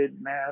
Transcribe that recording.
math